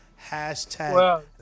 Hashtag